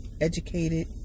educated